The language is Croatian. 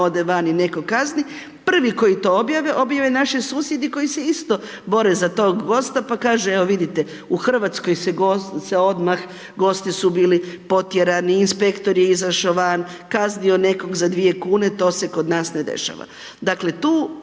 ove van i nekog kazni, prvi koji to objave, objave naši susjedi koji se isto bore za tog gosta pa kaže evo vidite, u Hrvatskoj se odmah gosti su bili potjerani, inspektor je izašao van, kaznio je nekog za 2 kn, to se kod nas ne dešava. Dakle, tu